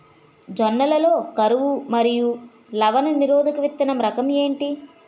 జొన్న లలో కరువు మరియు లవణ నిరోధక విత్తన రకం ఏంటి?